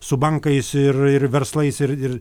su bankais ir ir verslais ir ir